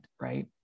right